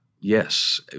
Yes